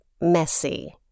messy